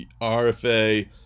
RFA